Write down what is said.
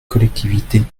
collectivités